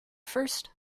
first